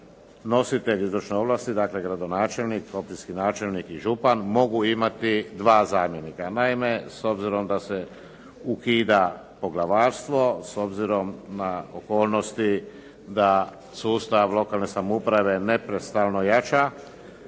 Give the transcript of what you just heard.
nositelj izvršne ovlasti dakle gradonačelnik, općinski načelnik i župan mogu imati dva zamjenika. Naime, s obzirom da se ukida poglavarstvo, s obzirom na okolnosti da sustav lokalne samouprave neprestano jača,